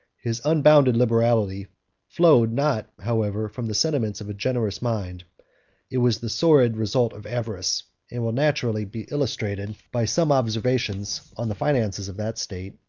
his unbounded liberality flowed not, however, from the sentiments of a generous mind it was the sordid result of avarice, and will naturally be illustrated by some observations on the finances of that state,